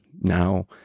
now